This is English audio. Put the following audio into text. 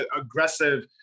aggressive